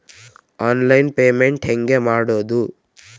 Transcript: Online payment ಹೆಂಗ್ ಮಾಡೋದು?